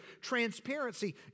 transparency